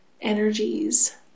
energies